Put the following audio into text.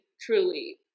truly